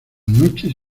noches